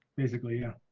basically yeah